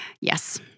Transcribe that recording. Yes